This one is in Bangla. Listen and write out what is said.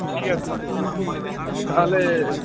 ঠিক আছে তাহালে